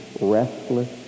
restless